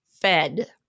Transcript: fed